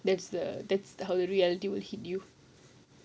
that's the that's the how reality will hit you